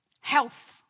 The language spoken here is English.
Health